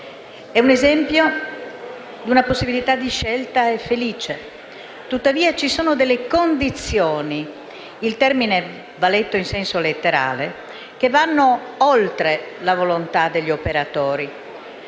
È l'esempio di una possibilità di scelta felice. Tuttavia, ci sono delle condizioni - il termine va inteso in senso letterale - che vanno oltre la volontà degli operatori